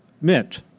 mint